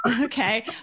Okay